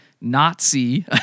Nazi